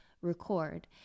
record